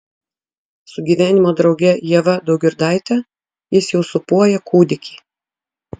su gyvenimo drauge ieva daugirdaite jis jau sūpuoja kūdikį